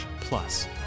plus